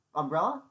umbrella